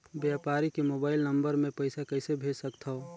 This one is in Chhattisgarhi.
व्यापारी के मोबाइल नंबर मे पईसा कइसे भेज सकथव?